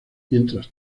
mientras